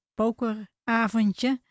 pokeravondje